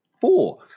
four